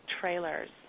trailers